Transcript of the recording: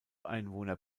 einwohner